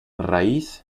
raíz